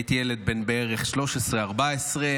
הייתי ילד בן 13, 14 בערך.